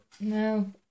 No